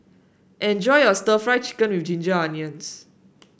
enjoy your stir Fry Chicken with Ginger Onions